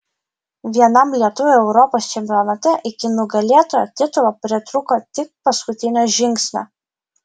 vienam lietuviui europos čempionate iki nugalėtojo titulo pritrūko tik paskutinio žingsnio